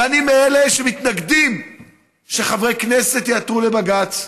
ואני מאלה שמתנגדים שחברי כנסת יעתרו לבג"ץ.